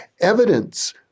evidence